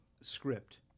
script